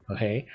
Okay